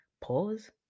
Pause